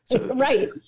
Right